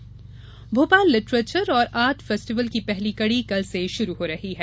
literature fest Bhopal literature और art festival की पहली कड़ी कल से शुरू हो रही है